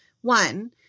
One